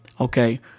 Okay